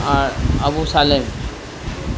আর Abu Salem